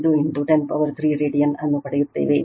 5 10 power three radian ಅನ್ನು ಪಡೆಯುತ್ತವೆ